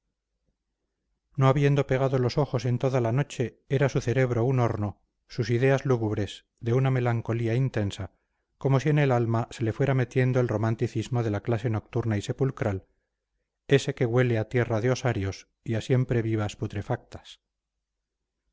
no habiendo pegado los ojos en toda la noche era su cerebro un horno sus ideas lúgubres de una melancolía intensa como si en el alma se le fuera metiendo el romanticismo de la clase nocturna y sepulcral ese que huele a tierra de osarios y a siemprevivas putrefactas